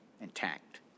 intact